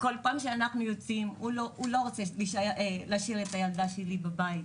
כל פעם שאנחנו יוצאים הוא לא רצה להשאיר את הילדה בבית,